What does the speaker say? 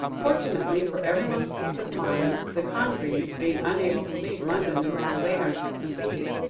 fortunately for everyone's peace of mind, the congreves, being unable to leave london until late on christmas eve,